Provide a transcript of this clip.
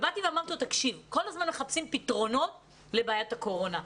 אמרתי לו: כל הזמן מחפשים פתרונות לבעיית הקורונה.